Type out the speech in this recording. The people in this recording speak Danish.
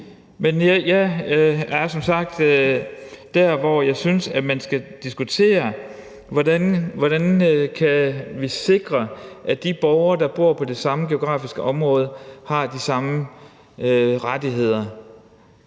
Men jeg er som sagt dér, hvor jeg synes, at man skal diskutere, hvordan vi kan sikre, at de borgere, der bor i det samme geografiske område, har de samme rettigheder.